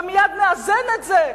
ומייד מאזן את זה,